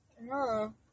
no